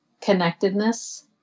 connectedness